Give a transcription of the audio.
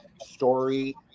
story